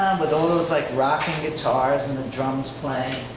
with all those like rocking guitars and the drums playing.